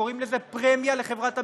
קוראים לזה פרמיה לחברת הביטוח.